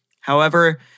However